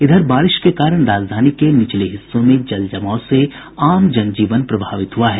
इधर बारिश के कारण राजधानी के निचले हिस्सों में जल जमाव से आम जन जीवन प्रभावित हुआ है